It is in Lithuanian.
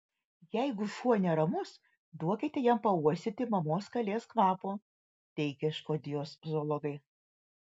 jeigu šuo neramus duokite jam pauostyti mamos kalės kvapo teigia škotijos zoologai